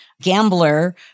gambler